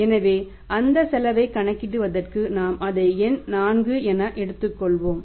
எனவே அந்த செலவைக் கணக்கிடுவதற்கு நாம் அதை எண் 4 என எடுத்துக்கொள்வோம்